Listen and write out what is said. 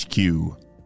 HQ